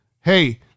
hey